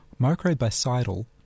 microbicidal